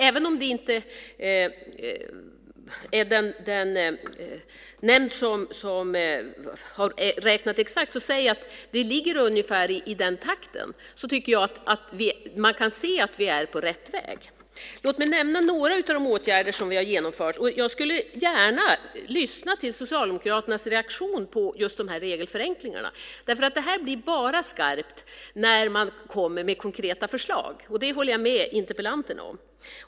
Även om nämnden inte har räknat exakt kan man nog säga att det ligger ungefär i den takten, och då tycker jag att man kan se att vi är på rätt väg. Låt mig nämna några av de åtgärder som vi har genomfört - och jag skulle gärna lyssna till Socialdemokraternas reaktion på just de här regelförenklingarna, för detta blir bara skarpt när man kommer med konkreta förslag, och det håller jag med interpellanten om.